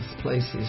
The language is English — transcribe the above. places